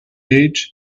edge